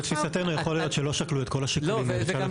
ולתפיסתנו יכול להיות שלא שקלו את כל השיקולים האלה.